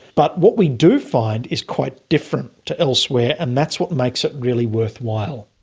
but what we do find is quite different to elsewhere, and that's what makes it really worthwhile.